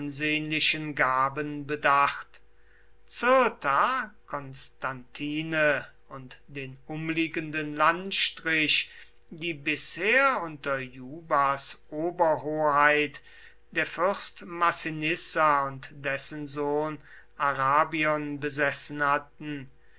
ansehnlichen gaben bedacht cirta constantine und den umliegenden landstrich die bisher unter jubas oberhoheit der fürst massinissa und dessen sohn arabion besessen hatten